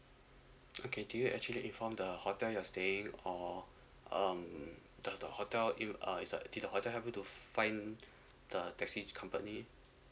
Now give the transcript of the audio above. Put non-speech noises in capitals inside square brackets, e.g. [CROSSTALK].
okay do you actually inform the hotel you're staying or um does the hotel in uh did the hotel help you to find [BREATH] the taxi company